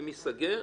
אם ייסגר,